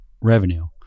revenue